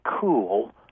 cool